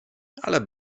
ale